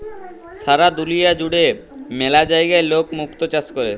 সারা দুলিয়া জুড়ে ম্যালা জায়গায় লক মুক্ত চাষ ক্যরে